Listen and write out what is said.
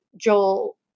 Joel